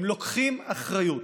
הם לוקחים אחריות,